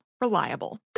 reliable